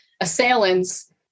assailants